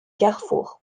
carrefours